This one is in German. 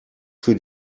für